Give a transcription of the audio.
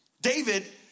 David